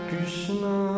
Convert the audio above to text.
Krishna